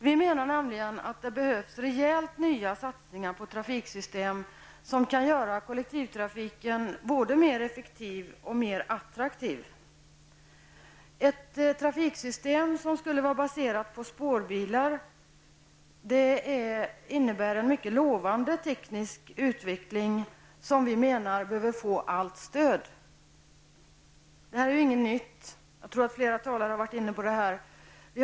Vi menar att det behövs rejält nya satsningar på trafikssystem som innebär att kollektivtrafiken blir både effektivare och attraktivare. Ett trafiksystem baserat på spårbilar innebär en mycket lovande teknisk utveckling, som vi menar behöver få allt stöd. Det här är ju ingenting nytt. Jag vill minnas att flera talare har berört dessa saker.